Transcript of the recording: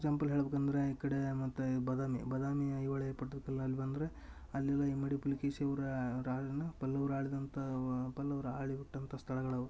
example ಹೇಳ್ಬಕಂದರೆ ಈ ಕಡೆ ಮತ್ತು ಈ ಬದಾಮಿ ಬದಾಮಿ ಐಹೊಳೆ ಪಟ್ಟದಕಲ್ಲಲ್ಲಿ ಬಂದರೆ ಅಲ್ಲೆಲ್ಲ ಇಮ್ಮಡಿ ಪುಲಿಕೇಶಿಯವರ ಪಲ್ಲವ್ರ ಆಳಿದಂಥ ವ ಪಲ್ಲವರ ಆಳಿ ಹುಟ್ಟಂಥ ಸ್ಥಳಗಳವು